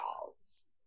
dolls